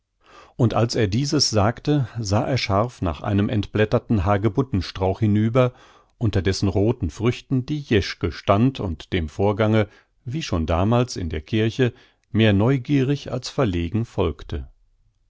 und als er dieses sagte sah er scharf nach einem entblätterten hagebuttenstrauch hinüber unter dessen rothen früchten die jeschke stand und dem vorgange wie schon damals in der kirche mehr neugierig als verlegen folgte